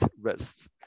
risks